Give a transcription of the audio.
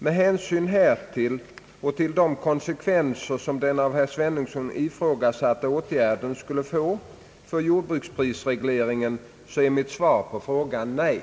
Med hänsyn härtill och till de konsekvenser som den av herr Svenungsson ifrågasatta åtgärden skulle få för jordbruksprisregleringen är mitt svar på frågan nej.